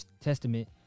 testament